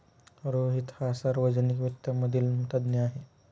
रोहित हा सार्वजनिक वित्त मधील तज्ञ आहे